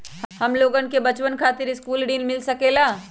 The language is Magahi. हमलोगन के बचवन खातीर सकलू ऋण मिल सकेला?